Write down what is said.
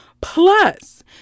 Plus